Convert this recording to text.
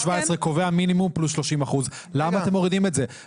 מציע שהמנכ"ל ייקח לתשומת ליבו את הדברים שלהם.